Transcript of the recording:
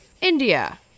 India